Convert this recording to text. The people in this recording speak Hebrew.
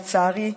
לצערי,